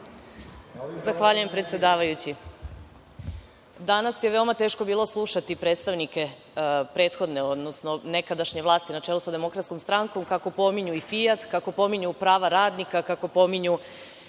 Zahvaljujem, predsedavajući. Danas je veoma teško bilo slušati predstavnike prethodne, odnosno nekadašnje vlasti na čelu sa DS kako pominju i „Fijat“, kako pominju prava radnika, kako pominju